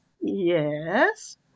Yes